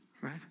Right